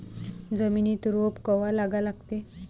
जमिनीत रोप कवा लागा लागते?